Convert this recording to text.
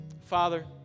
Father